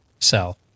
Sell